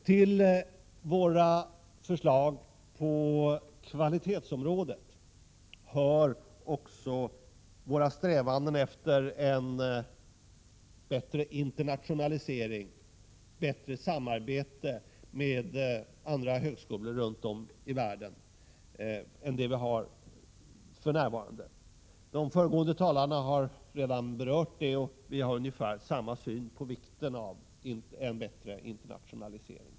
Till våra förslag på kvalitetsområdet hör också våra strävanden efter en bättre internationalisering, bättre samarbete med andra högskolor runt om i världen än det vi för närvarande har. De föregående talarna har redan berört detta, och vi har ungefär samma syn på vikten av en bättre internationalisering.